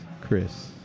Chris